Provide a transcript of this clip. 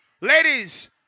Ladies